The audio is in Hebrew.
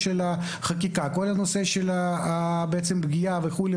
החקיקה, הפגיעה וכו'